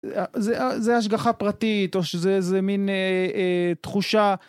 זה השגחה פרטית או שזה איזה מין תחושה